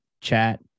chat